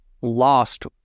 lost